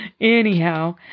Anyhow